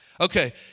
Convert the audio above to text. Okay